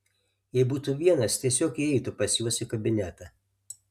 jei būtų vienas tiesiog įeitų pas juos į kabinetą